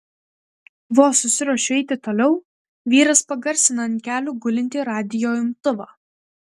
vos susiruošiu eiti toliau vyras pagarsina ant kelių gulintį radijo imtuvą